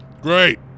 Great